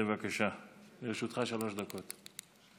בבקשה, לרשותך שלוש דקות.